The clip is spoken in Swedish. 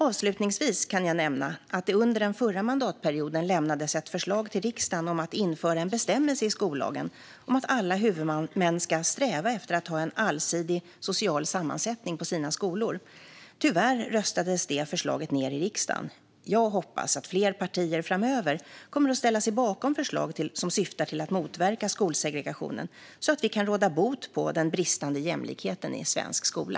Avslutningsvis kan jag nämna att det under den förra mandatperioden lämnades ett förslag till riksdagen om att införa en bestämmelse i skollagen om att alla huvudmän ska sträva efter att ha en allsidig social sammansättning på sina skolor. Tyvärr röstades det förslaget ned i riksdagen. Jag hoppas att fler partier framöver kommer att ställa sig bakom förslag som syftar till att motverka skolsegregationen så att vi kan råda bot på den bristande jämlikheten i svensk skola.